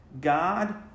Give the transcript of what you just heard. God